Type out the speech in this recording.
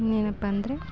ಇನ್ನೇನಪ್ಪ ಅಂದ್ರೆ